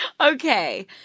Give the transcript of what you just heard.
Okay